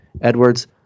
Edwards